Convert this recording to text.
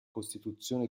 costituzione